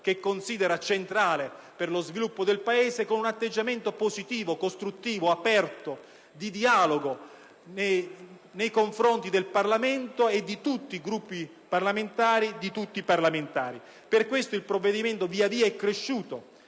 che considera centrale per lo sviluppo del Paese, si è posto con un atteggiamento positivo, costruttivo, aperto al dialogo nei confronti del Parlamento, di tutti i Gruppi e di tutti i parlamentari. Per questo il provvedimento è via via cresciuto